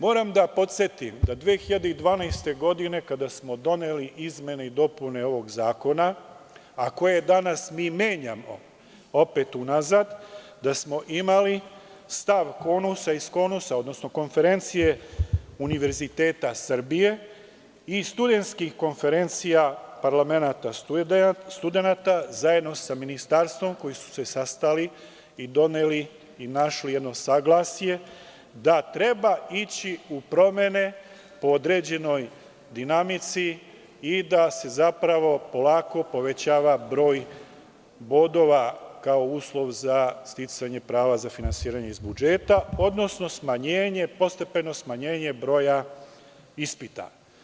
Moram da podsetim da 2012. godine, kada smo doneli izmene i dopune ovog zakona, a koje danas menjamo opet unazad, da smo imali stav KONUS, odnosno Konferencije univerziteta Srbije i Studenskih konferencija parlamenata studenata zajedno sa Ministarstvom, koji su se sastali i doneli i našli jedno saglasje da treba ići u promene po određenoj dinamici i da se zapravo polako povećava broj bodova kao uslov za sticanje prava za finansiranje iz budžeta, odnosno postepeno smanjenje broja ispita.